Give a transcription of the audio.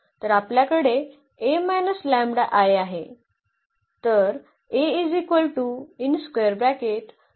तर आपल्याकडे ही A λI आहे